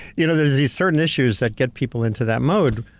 you know, there's these certain issues that get people into that mode.